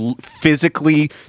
physically